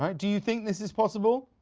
um do you think this is possible?